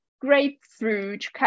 grapefruit